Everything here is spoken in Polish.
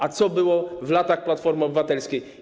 A co było w latach rządów Platformy Obywatelskiej?